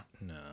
No